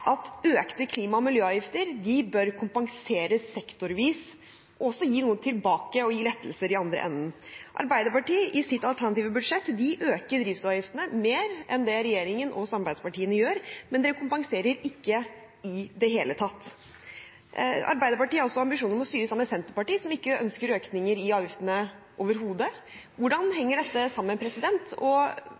at økte klima- og miljøavgifter bør kompenseres sektorvis og også gi noe tilbake, gi lettelser i andre enden. I sitt alternative budsjett øker Arbeiderpartiet drivstoffavgiftene mer enn det regjeringen og samarbeidspartiene gjør, men de kompenserer ikke i det hele tatt. Arbeiderpartiet har også ambisjoner om å styre sammen med Senterpartiet, som ikke ønsker økninger i avgiftene overhodet. Hvordan henger dette sammen? Mener Arbeiderpartiet at det er riktig bare å øke skattene, og